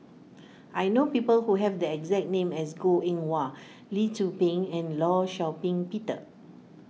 I know people who have the exact name as Goh Eng Wah Lee Tzu Pheng and Law Shau Ping Peter